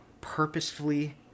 purposefully